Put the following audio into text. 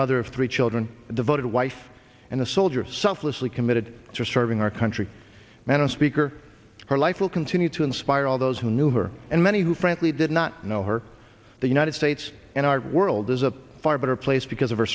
mother of three children a devoted wife and a soldier of selflessness committed to serving our country than a speaker her life will continue to inspire all those who knew her and many who frankly did not know her the united states and our world is a far better place because of her